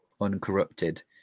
uncorrupted